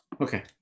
Okay